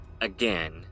again